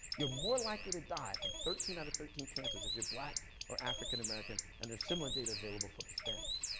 you're more likely to die from thirteen out of thirteen cancers if you're black or african american, and there's similar data available for hispanics.